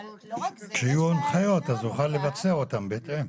כשיהיו הנחיות אז נוכל לבצע אותן בהתאם.